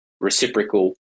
reciprocal